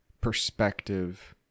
perspective